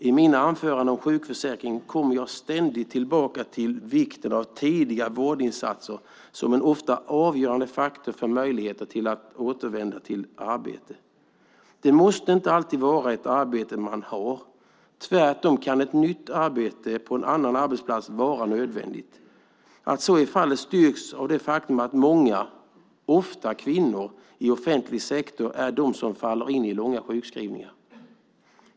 I mina anföranden om sjukförsäkringen kommer jag ständigt tillbaka till vikten av tidiga vårdinsatser, vilket ofta är en avgörande faktor för möjligheterna att återvända till ett arbete. Det måste inte alltid vara det arbete man har, utan tvärtom kan ett nytt arbete på en annan arbetsplats vara nödvändigt. Att så är fallet styrks av det faktum att det ofta är kvinnor i offentlig sektor som faller in i långa sjukskrivningar.